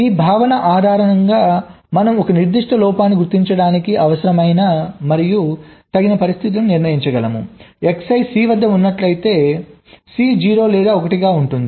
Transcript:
ఈ భావన ఆధారంగా మనం ఒక నిర్దిష్ట లోపాన్ని గుర్తించడానికి అవసరమైన మరియు తగిన పరిస్థితులను నిర్ణయించగలము Xi C వద్ద ఉన్నట్లయితే సి 0 లేదా 1 గా ఉంటుంది